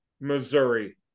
Missouri